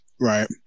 right